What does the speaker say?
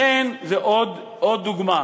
לכן, זו עוד דוגמה.